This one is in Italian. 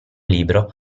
libro